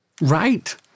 Right